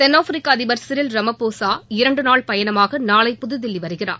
தென்னாப்பிரிக்க அதிபர் Cyril Ramaphosa இரண்டு நாள் பயணமாக நாளை புதுதில்லி வருகிறார்